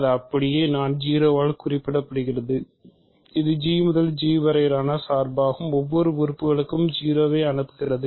அது அப்படியே நான் 0 ஆல் குறிக்கப்படுகிறது இது G முதல் G வரையிலான சார்பாகும் ஒவ்வொரு உறுப்புகளையும் 0 க்கு அனுப்புகிறது